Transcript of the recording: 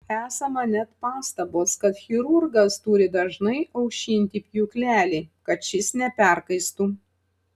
esama net pastabos kad chirurgas turi dažnai aušinti pjūklelį kad šis neperkaistų